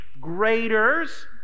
graders